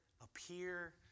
appear